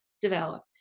develop